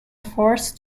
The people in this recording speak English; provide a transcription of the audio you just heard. forced